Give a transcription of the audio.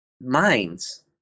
minds